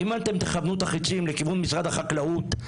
אם תכוונו את החצים לכיוון משרד החקלאות,